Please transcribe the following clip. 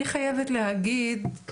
אני חייבת להגיד,